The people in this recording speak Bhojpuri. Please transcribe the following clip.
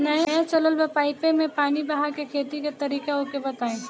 नया चलल बा पाईपे मै पानी बहाके खेती के तरीका ओके बताई?